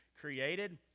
created